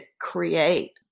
create